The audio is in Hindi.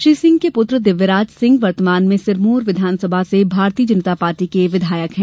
श्री सिंह के पुत्र दिव्यराज सिंह वर्तमान में सिरमोर विधानसभा से भारतीय जनता पार्टी के विधायक हैं